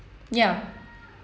ya